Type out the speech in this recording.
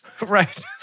Right